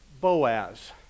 Boaz